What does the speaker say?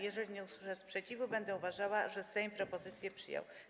Jeżeli nie usłyszę sprzeciwu, będę uważała, że Sejm propozycję przyjął.